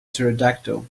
pterodactyl